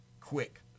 Quick